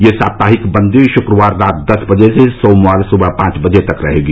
यह साप्ताहिक बन्दी शुक्रवार रात दस बजे से सोमवार सुबह पांच बजे तक रहेगी